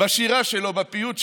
בשירה שלו, בפיוט שלו,